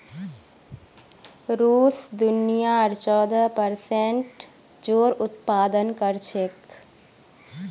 रूस दुनियार चौदह प्परसेंट जौर उत्पादन कर छेक